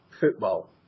football